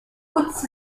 woods